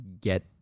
get